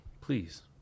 please